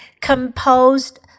composed